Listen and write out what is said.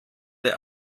der